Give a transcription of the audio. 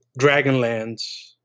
Dragonlands